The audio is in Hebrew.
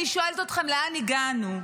אני שואלת אתכם: לאן הגענו?